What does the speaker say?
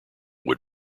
wood